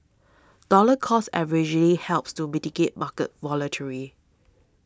dollar cost averaging helps to mitigate market